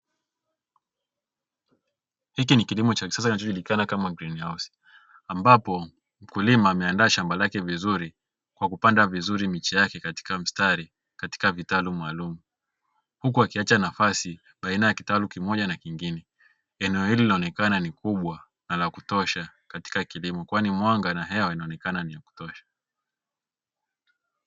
Hiki ni kilimo cha kisasa kinachojulikana kama "Greenhouse" ambapo mkulima ameandaa shamba lake vizuri kwa kupanda vizuri miche yake katika mistari katika vitalu maalumu huku akiacha nafasi baina ya kitalu kimoja na kingine. Eneo hili linaonekana ni kubwa na la kutosha katika kilimo kwani mwanga na hewa inaonekana ni ya kutosha.